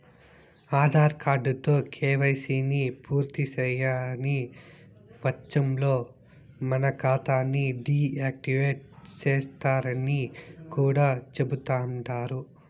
ఆదార్ కార్డుతో కేవైసీని పూర్తిసేయని వచ్చంలో మన కాతాని డీ యాక్టివేటు సేస్తరని కూడా చెబుతండారు